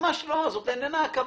ממש לא, זאת איננה הכוונה.